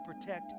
protect